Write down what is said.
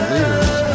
Leaders